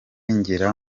ngera